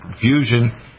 fusion